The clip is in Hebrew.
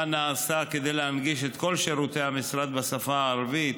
מה נעשה כדי להנגיש את כל שירותי המשרד בשפה הערבית.